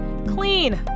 clean